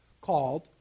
called